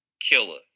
Killer